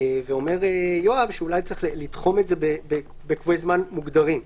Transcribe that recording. ואומר יואב שאולי צריך לתחום את זה בקבועי זמן מוגדרים,